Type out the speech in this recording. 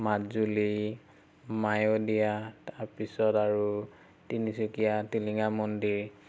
মাজুলী মায়'দিয়া তাৰ পিছত আৰু তিনিচুকীয়া টিলিঙা মন্দিৰ